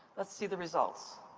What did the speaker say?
let's see the results.